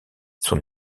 son